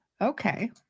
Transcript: okay